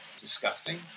disgusting